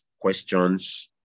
questions